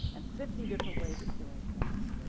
and fifty different ways of doing things.